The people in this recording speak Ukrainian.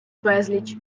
безліч